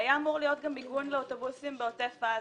היה אמור להיות גם מיגון לאוטובוסים בעוטף עזה.